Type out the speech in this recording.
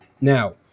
Now